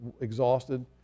exhausted